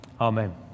Amen